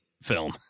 film